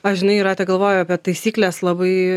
aš žinai jūrate galvoju apie taisykles labai